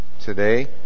today